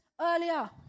earlier